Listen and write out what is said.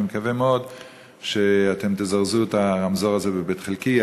אני מקווה מאוד שתזרזו את הרמזור הזה בבית-חלקיה,